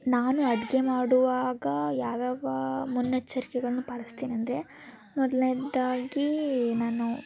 ನಾನು ಅಡುಗೆ ಮಾಡುವಾಗ ಯಾವ ಯಾವ ಮುನ್ನೆಚ್ಚರ್ಕೆಗಳನ್ನು ಪಾಲಿಸ್ತೀನಿ ಅಂದರೆ ಮೊದಲ್ನೇದಾಗಿ ನಾನು